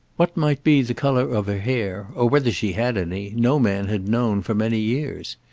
what might be the colour of her hair, or whether she had any, no man had known for many years.